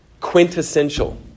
quintessential